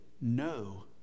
no